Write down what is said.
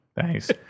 Thanks